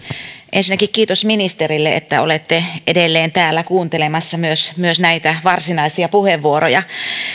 ensinnäkin kiitos ministerille että olette edelleen täällä kuuntelemassa myös myös näitä varsinaisia puheenvuoroja